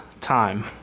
time